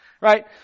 Right